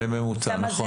בממוצע, נכון.